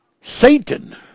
Satan